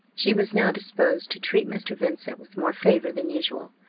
she was now disposed to treat mr. vincent with more favour than usual.